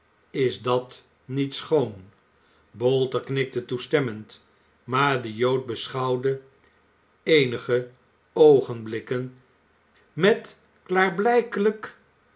is dat niet schoon bolter knikte toestemmend maar de jood beschouwde eenige oogenblikken met klaarblijkelijk